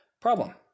problem